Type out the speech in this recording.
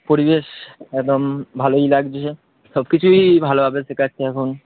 পরিবেশ একদম ভালোই লাগছে সব কিছুই ভালো হবে ঠিক আছে এখন